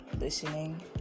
listening